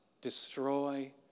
destroy